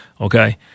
Okay